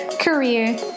career